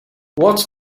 what